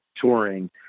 touring